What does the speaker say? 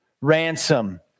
ransom